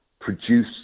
produce